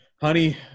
honey